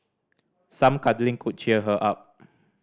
some cuddling could cheer her up